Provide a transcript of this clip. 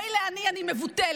מילא אני, אני מבוטלת,